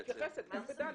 אני מתייחסת גם ל-(ד).